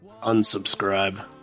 unsubscribe